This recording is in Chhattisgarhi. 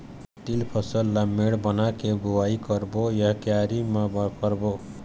तील फसल ला मेड़ बना के बुआई करबो या क्यारी म करबो?